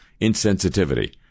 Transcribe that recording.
insensitivity